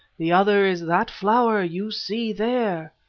the other is that flower you see there.